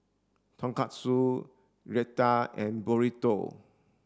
Tonkatsu Raita and Burrito